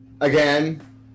Again